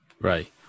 Right